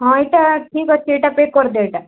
ହଁ ଏଇଟା ଠିକ୍ ଅଛି ଏଇଟା ପେକ୍ କରିଦିଅ ଏଇଟା